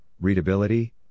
readability